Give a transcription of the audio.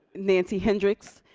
nancy hendricks